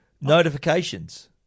Notifications